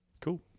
Cool